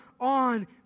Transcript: on